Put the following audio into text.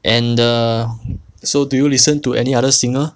and err so do you listen to any other singer